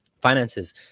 finances